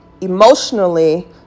emotionally